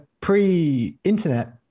pre-internet